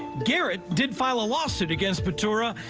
gerrit did file a lawsuit against but her,